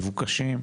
מבוקשים,